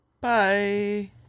Bye